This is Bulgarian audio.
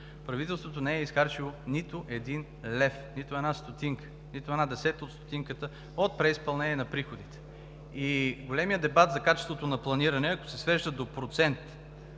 правителството не е изхарчило нито един лев, нито една стотинка, нито една десета от стотинката от преизпълнение на приходите. Големият дебат за качеството на планиране, ако се свежда до 1,4%